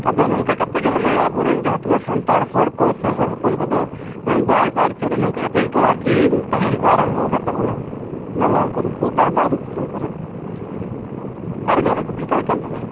ᱟᱫᱚ ᱱᱚᱝᱠᱟᱛᱮᱫ ᱜᱮ ᱢᱟᱱᱮ ᱟᱵᱚ ᱨᱮᱱ ᱡᱟᱦᱟᱸ ᱛᱤᱱᱟᱹᱜ ᱥᱟᱱᱛᱟᱲ ᱦᱚᱲ ᱠᱚ ᱥᱮ ᱦᱚᱲ ᱦᱚᱯᱚᱱ ᱠᱚᱫᱚ ᱵᱟᱭ ᱵᱟᱭᱨᱮ ᱥᱮᱫ ᱨᱮ ᱱᱚᱝᱠᱟ ᱠᱟᱛᱮᱫ ᱜᱮᱠᱚ ᱟᱨᱠᱤ ᱛᱟᱦᱮᱱ ᱠᱚ ᱟᱨᱟᱢᱵᱚ ᱟᱠᱟᱫ ᱛᱟᱵᱚᱱᱟ ᱱᱟᱢᱟᱞ ᱠᱚᱨᱮᱫ ᱥᱮ ᱮᱴᱟᱜ ᱵᱟᱭᱨᱮ ᱫᱤᱥᱚᱢ ᱠᱚᱨᱮ ᱟᱨᱚ ᱡᱟᱦᱟᱸ ᱱᱟᱜ ᱠᱩᱠᱞᱤ ᱛᱟᱦᱮᱸ ᱠᱟᱱᱟ ᱛᱟᱢᱟ